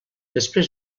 després